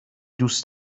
دوست